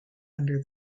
under